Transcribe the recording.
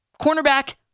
Cornerback